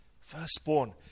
firstborn